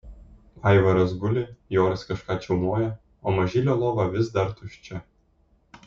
aivaras guli joris kažką čiaumoja o mažylio lova vis dar tuščia